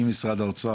משרד האוצר,